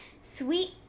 sweet